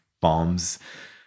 bombs